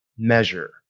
Measure